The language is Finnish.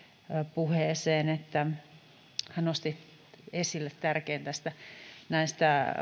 puheeseen hän nosti esille tärkeän seikan näistä